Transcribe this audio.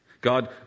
God